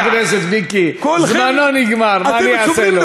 חבר הכנסת מיקי, זמנו נגמר, מה אני אעשה לו?